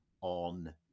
on